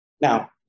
Now